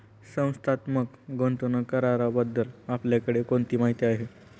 संस्थात्मक गुंतवणूकदाराबद्दल आपल्याकडे कोणती माहिती आहे?